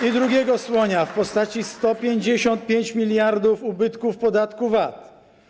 I drugiego słonia w postaci 155 mld euro ubytku w podatku VAT.